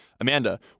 Amanda